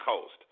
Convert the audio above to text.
coast